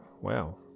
Wow